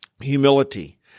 humility